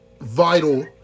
vital